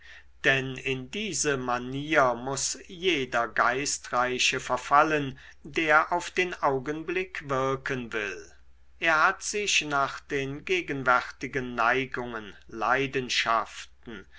denn in diese manier muß jeder geistreiche verfallen der auf den augenblick wirken will er hat sich nach den gegenwärtigen neigungen leidenschaften